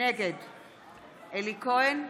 מאיר כהן,